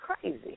crazy